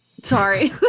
sorry